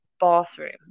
bathroom